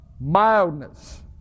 mildness